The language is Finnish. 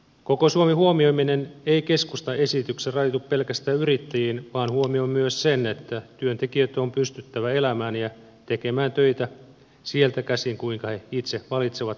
koko suomen huomioiminen ei keskustan esityksessä rajoitu pelkästään yrittäjiin vaan huomioi myös sen että työntekijöitten on pystyttävä elämään ja tekemään töitä sieltä käsin kuinka he itse valitsevat